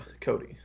Cody